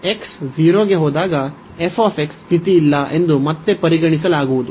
x 0 ಗೆ ಹೋದಾಗ fಮಿತಿಯಿಲ್ಲ ಎಂದು ಮತ್ತೆ ಪರಿಗಣಿಸಲಾಗುವುದು